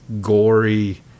gory